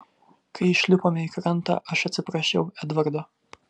kai išlipome į krantą aš atsiprašiau edvardo